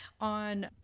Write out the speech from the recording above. on